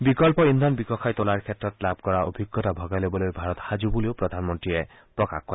বিকল্প ইন্ধন বিকশাই তোলাৰ ক্ষেত্ৰত লাভ কৰা অভিজতা ভগাই লবলৈ ভাৰত সাজু বুলিও প্ৰধানমন্ত্ৰীয়ে মত প্ৰকাশ কৰে